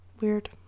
weird